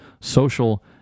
social